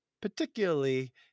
particularly